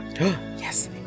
Yes